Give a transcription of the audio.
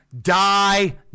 die